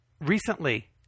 Recently